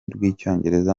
rw’icyongereza